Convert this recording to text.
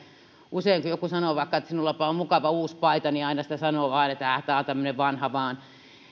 usein kun joku sanoo vaikka että sinullapa on mukava uusi paita niin aina sitä sanoo vain että ääh tämä on tämmöinen vanha vain